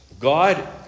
God